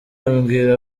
abwira